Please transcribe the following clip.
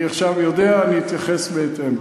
אני עכשיו יודע, אני אתייחס בהתאם.